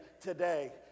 today